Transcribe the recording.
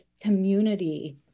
community